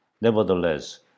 nevertheless